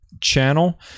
channel